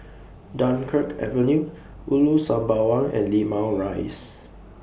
Dunkirk Avenue Ulu Sembawang and Limau Rise